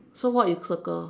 so what you circle